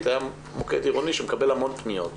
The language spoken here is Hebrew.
שם היה מוקד עירוני שמקבל פניות רבות.